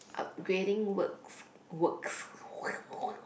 upgrading works works